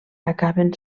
acaben